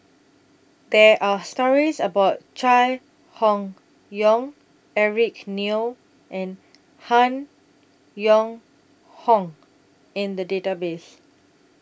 There Are stories about Chai Hon Yoong Eric Neo and Han Yong Hong in The Database